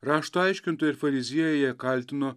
rašto aiškintojai ir fariziejai ją kaltino